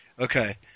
Okay